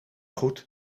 goed